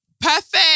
Perfect